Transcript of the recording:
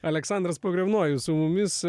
aleksandras pogrebnojus su mumis